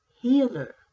healer